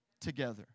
together